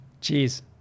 Cheers